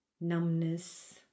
numbness